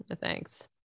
Thanks